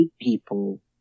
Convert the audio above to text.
people